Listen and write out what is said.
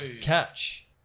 catch